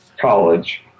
college